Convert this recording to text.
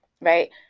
right